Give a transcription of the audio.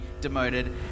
demoted